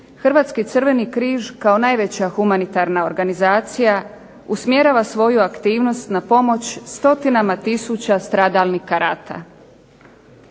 Hrvatski crveni križ kao najveća humanitarna organizacija usmjerava svoju aktivnost na pomoć stotinama tisuća stradalnika rata.